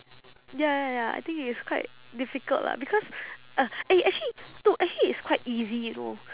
ya ya ya ya I think it's quite difficult lah because uh eh actually no actually it's quite easy you know